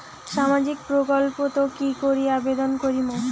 সামাজিক প্রকল্পত কি করি আবেদন করিম?